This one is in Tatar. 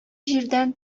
җирдән